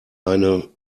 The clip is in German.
eine